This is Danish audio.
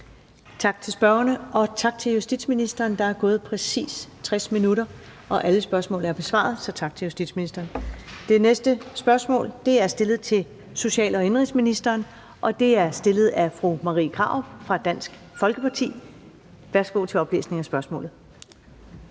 Tak til spørgerne, og tak til justitsministeren. Der er gået præcis 60 minutter, og alle spørgsmål er besvaret, så tak til justitsministeren. Det næste spørgsmål (spm. nr. S 1326) er stillet til social- og indenrigsministeren, og det er stillet af fru Marie Krarup fra Dansk Folkeparti. Kl. 14:21 Spm. nr.